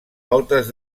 voltes